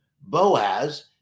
Boaz